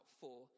four